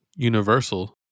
universal